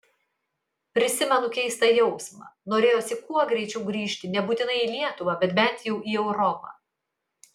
prisimenu keistą jausmą norėjosi kuo greičiau grįžti nebūtinai į lietuvą bet bent jau į europą